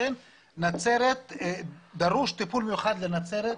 לכן דרוש טיפול מיוחד בנצרת,